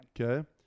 Okay